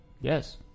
Yes